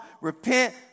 Repent